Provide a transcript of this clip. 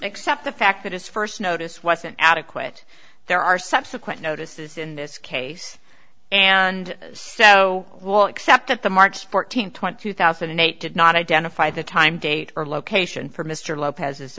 accept the fact that his first notice wasn't adequate there are subsequent notices in this case and so well except that the march fourteenth twenty two thousand and eight did not identify the time date or location for mr lopez's